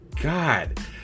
God